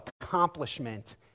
accomplishment